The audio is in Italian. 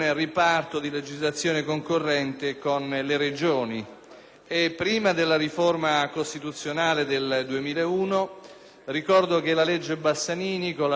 prima della riforma costituzionale del 2001, ricordo che la legge Bassanini, con il decreto legislativo n. 112 del 1998,